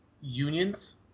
unions